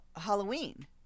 halloween